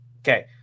Okay